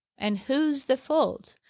and whose the fault?